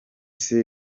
sur